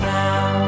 now